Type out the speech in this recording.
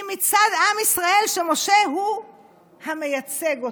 היא מצד עם ישראל, שמשה הוא המייצג אותו.